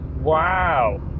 Wow